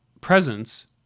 presence